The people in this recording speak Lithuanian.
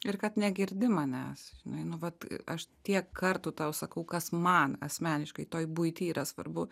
ir kad negirdi manęs žinai nu vat aš tiek kartų tau sakau kas man asmeniškai toj buity yra svarbu